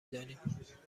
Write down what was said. دانیم